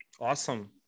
awesome